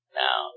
now